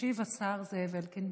ישיב השר זאב אלקין.